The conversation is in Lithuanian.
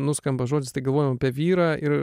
nuskamba žodis tai galvojam apie vyrą ir